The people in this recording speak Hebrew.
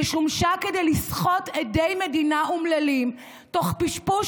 ששומשה כדי לסחוט עדי מדינה אומללים תוך פשפוש